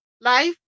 Life